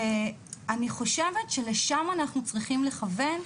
אני חושבת שלשם אנחנו צריכים לכוון.